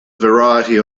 variety